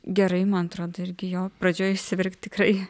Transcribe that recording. gerai man atrodo irgi jo pradžioj išsiverkt tikrai